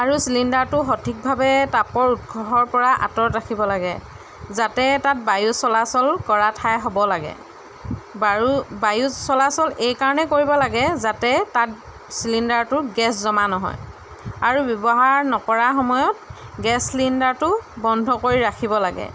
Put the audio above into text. আৰু চিলিণ্ডাৰটো সঠিকভাৱে তাপৰ উৎসহৰ পৰা আঁতৰত ৰাখিব লাগে যাতে তাত বায়ু চলাচল কৰা ঠাই হ'ব লাগে বায়ু বায়ু চলাচল এইকাৰণে কৰিব লাগে যাতে তাত চিলিণ্ডাৰটো গেছ জমা নহয় আৰু ব্যৱহাৰ নকৰা সময়ত গেছ চিলিণ্ডাৰটো বন্ধ কৰি ৰাখিব লাগে